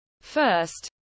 First